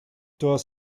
todas